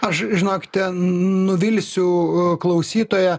aš žinokite nuvilsiu klausytoją